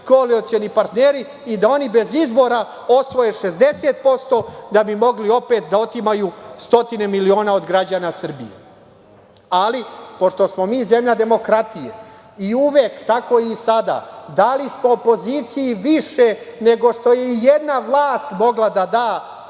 koalicioni partneri i da oni bez izbora osvoje 60% da bi mogli opet da otimaju stotine miliona od građana Srbije. Ali, pošto smo mi zemlja demokratije, i uvek, tako i sada, dali smo opoziciji više nego što je ijedna vlast mogla da da